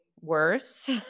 worse